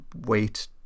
wait